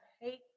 hate